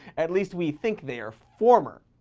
at least we think they are former,